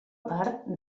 part